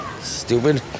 Stupid